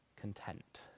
content